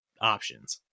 options